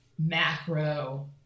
macro